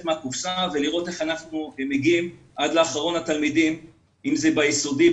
מהקופסה ולראות איך אנחנו מגיעים עד לאחרון התלמידים אם זה ביסודי,